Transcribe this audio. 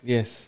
Yes